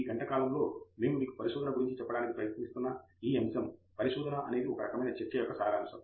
ఈ గంట కాలములో మేము మీకు పరిశోధన గురించి చెప్పటానికి ప్రయత్నిస్తున్న ఈ అంశం పరిశోధన అనేది ఒక రకమైన చర్చ యొక్క సారాంశం